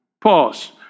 Pause